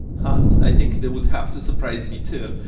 but i think that would have to surprise me too.